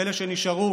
ואלה שנשארו,